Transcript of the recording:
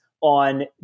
on